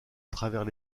travers